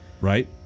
Right